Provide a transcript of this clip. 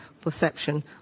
perception